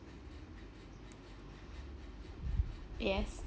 yes